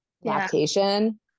Lactation